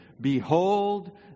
Behold